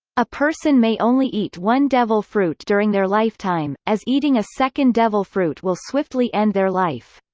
a person may only eat one devil fruit during their lifetime, as eating a second devil fruit will swiftly end their life.